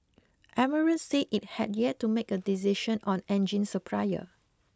Emirates said it had yet to make a decision on engine supplier